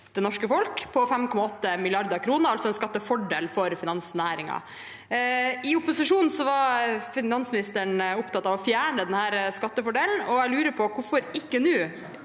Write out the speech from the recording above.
det norske folk på 5,8 mrd. kr, altså en skattefordel for finansnæringen. I opposisjon var finansministeren opptatt av å fjerne denne skattefordelen, og jeg lurer på: Hvorfor er